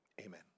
Amen